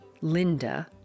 Linda